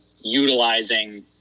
utilizing